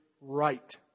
Right